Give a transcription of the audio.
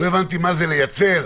מה זה לייצר?